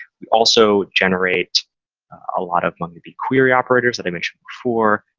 we also generate a lot of mongodb query operators that i mentioned before,